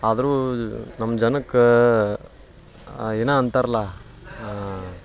ಆದರೂ ನಮ್ಮ ಜನಕ್ಕೆ ಏನೋ ಅಂತಾರಲ್ಲ